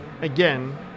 Again